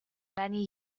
many